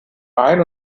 ein